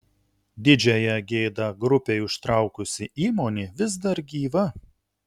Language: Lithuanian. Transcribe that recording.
didžiąją gėdą grupei užtraukusi įmonė vis dar gyva